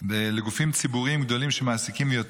גופים ציבוריים גדולים שמעסיקים יותר